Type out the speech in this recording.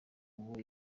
uwo